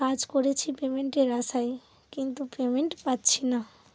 কাজ করেছি পেমেন্টের আশায় কিন্তু পেমেন্ট পাচ্ছি না